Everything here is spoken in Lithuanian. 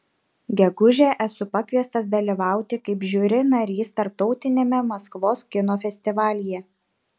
gegužę esu pakviestas dalyvauti kaip žiuri narys tarptautiniame maskvos kino festivalyje